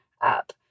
up